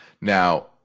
Now